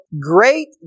great